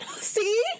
See